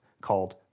called